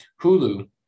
Hulu